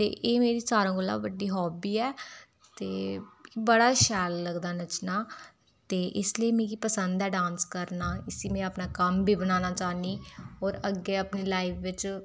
ते एह् मेरे सारें कोला बड्डी हाब्बी ऐ ते बड़ा शैल लगदा ऐ नच्चना ते इस लेई मिगी पसन्द ऐ डांस करना इसी में अपना कम्म बी बनाना चाह्न्नीं और अग्गें अपनी लाईफ बिच